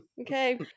Okay